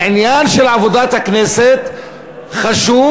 בעניין של עבודת הכנסת חשוב,